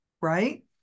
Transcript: right